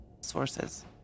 sources